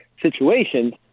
situations